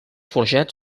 forjats